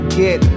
get